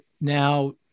now